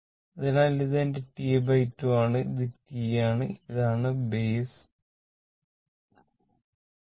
അതിനാൽ ഇത് എന്റെ ടി2 ആണ് ഇത് ടി ആണ് ഇതാണ് ബൈസ് ടി2